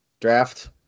draft